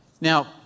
Now